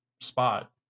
spot